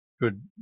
good